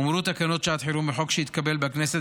הומרו תקנות שעת חירום בחוק שהתקבל בכנסת